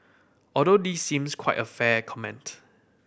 although this seems quite a fair comment